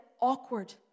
awkward